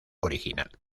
original